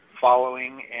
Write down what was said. following